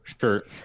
shirt